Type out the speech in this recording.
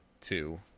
two